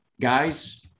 Guys